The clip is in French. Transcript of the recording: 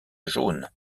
jaunes